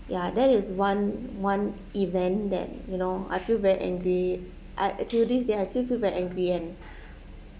ya that is one one event that you know I feel very angry I until this day I still feel very angry and